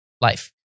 life